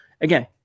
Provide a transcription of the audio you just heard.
again